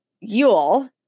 Yule